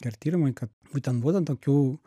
ir tyrimai ka būtent duodant tokių